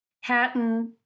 Hatton